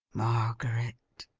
margaret,